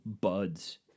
buds